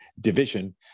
division